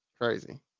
Crazy